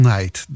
Night